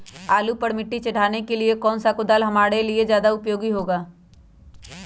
आलू पर मिट्टी चढ़ाने के लिए कौन सा कुदाल हमारे लिए ज्यादा उपयोगी होगा?